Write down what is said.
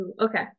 okay